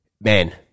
Man